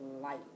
light